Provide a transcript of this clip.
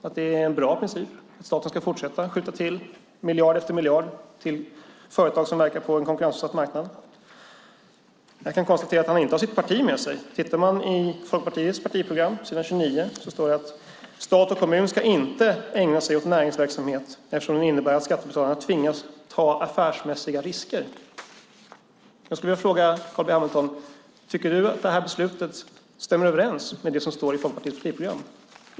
Är det en bra princip att staten ska fortsätta att skjuta till miljard efter miljard till företag som verkar på en konkurrensutsatt marknad? Jag kan konstatera att Carl B Hamilton inte har sitt parti med sig. Om vi tittar i Folkpartiets partiprogram på s. 29 står det att stat och kommun inte ska ägna sig åt näringsverksamhet eftersom det innebär att skattebetalarna tvingas ta affärsmässiga risker. Tycker Carl B Hamilton att det här beslutet stämmer överens med det som står i Folkpartiets partiprogram?